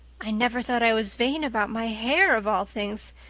i never thought i was vain about my hair, of all things,